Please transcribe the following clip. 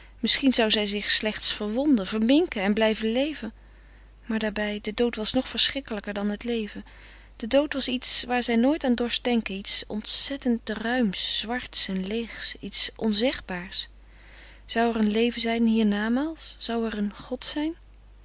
misschien zou zij zich slechts verwonden verminken en blijven leven maar daarbij de dood was nog verschrikkelijker dan het leven de dood was iets waar zij nooit aan dorst denken iets ontzettend ruims zwarts en leêgs iets onzegbaars zou er een leven zijn hiernamaals zou er een god zijn